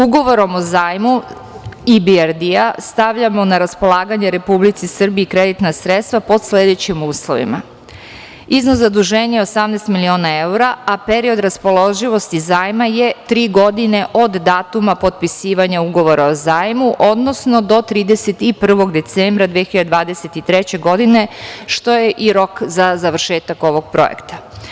Ugovorom o zajmu IBRD stavljamo na raspolaganje Republici Srbiji kreditna sredstva po sledećim uslovima – iznos zaduženje 18 miliona evra, a period raspoloživosti zajma je tri godine od datuma potpisivanja ugovora o zajmu, odnosno do 31. decembra 2023. godine, što je i rok za završetak ovog projekta.